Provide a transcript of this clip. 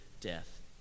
death